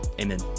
Amen